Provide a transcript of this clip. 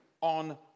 on